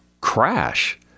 crash